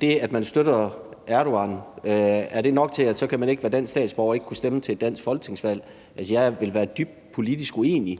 det, at man støtter Erdogan, er nok til, at man ikke kan være dansk statsborger og ikke stemme til et dansk folketingsvalg. Jeg ville være dybt politisk uenig